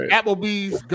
Applebee's